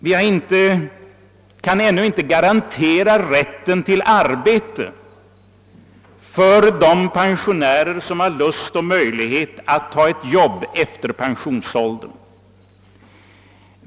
Vi kan ännu inte garantera rätten til arbete för de pensionärer, vilka har lust och möjlighet att ta ett arbete efter pensionsåldern.